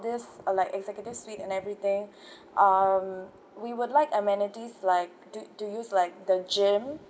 this uh like executive suite and everything um we would like amenities like do do use like the gym